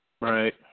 Right